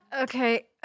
Okay